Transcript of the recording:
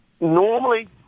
Normally